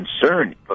concern